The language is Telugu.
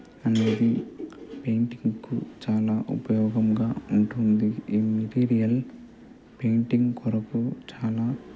అనేది పెయింటింగ్కు చాలా ఉపయోగంగా ఉంటుంది ఈ మెటీరియల్ పెయింటింగ్ కొరకు చాలా